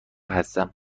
هستم